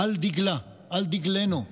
על דגלה, על דגלנו,